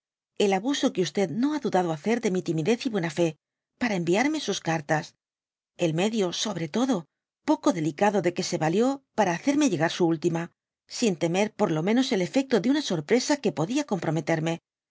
el abuso que no ha dudado hacer de mi timidez y buena fó para enriarme sus cartas el medio sobre todo poco delicado de que se yalid para hacerme llegar su última sin temer por lómenos el efecto de una sorpresa que podia comprometerme